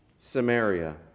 Samaria